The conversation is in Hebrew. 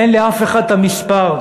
אין לאף אחד המספר,